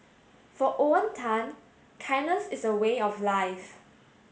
for Owen Tan kindness is a way of life